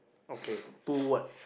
okay two word